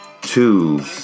Two